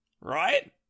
Right